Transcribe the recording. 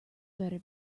better